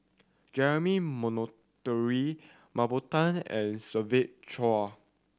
Jeremy Monteiro Mah Bow Tan and Siva Choy